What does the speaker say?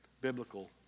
biblical